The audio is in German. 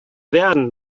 werden